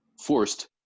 forced